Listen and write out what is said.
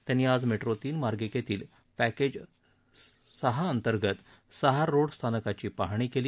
त्यांनी आज मेट्रो तीन मार्गिकेतील पॅकेज सहा अंतर्गत सहार रोड स्थानकाची पाहणी केली